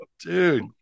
Dude